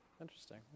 Interesting